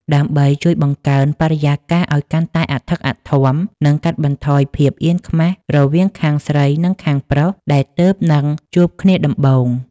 ដើម្បីជួយបង្កើនបរិយាកាសឱ្យកាន់តែអធិកអធម និងកាត់បន្ថយភាពអៀនខ្មាសរវាងខាងស្រីនិងខាងប្រុសដែលទើបនឹងជួបគ្នាដំបូង។